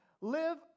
Live